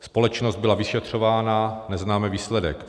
Společnost byla vyšetřována, neznáme výsledek.